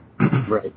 Right